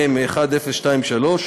מ/1023,